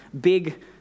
big